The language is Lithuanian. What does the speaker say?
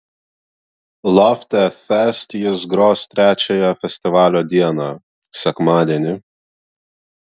lofte fest jis gros trečiąją festivalio dieną sekmadienį